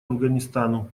афганистану